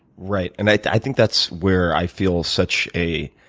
right. and i i think that's where i feel such a